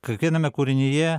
kiekviename kūrinyje